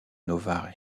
novare